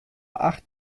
acht